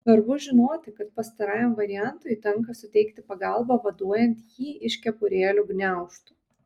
svarbu žinoti kad pastarajam variantui tenka suteikti pagalbą vaduojant jį iš kepurėlių gniaužtų